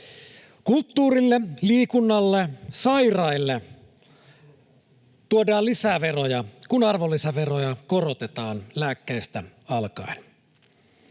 Kulttuurille, liikunnalle ja sairaille tuodaan lisää veroja, kun arvonlisäveroja korotetaan lääkkeistä alkaen.